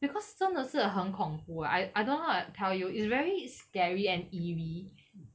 because 真的是很恐怖 ah I don't know how to tell you it's very scary and eerie